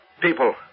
people